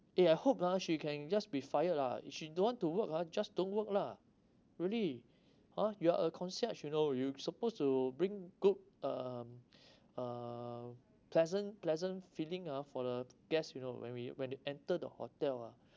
eh I hope ah she can just be fired lah if she don't want to work ah just don't work lah really ha you are a concierge you know you supposed to bring good um uh pleasant pleasant feeling ah for the guests you know when we when they enter the hotel ah